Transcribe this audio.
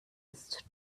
ist